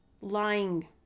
lying